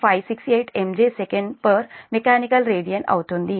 568 MJ sec Mecha rad అవుతుంది